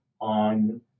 on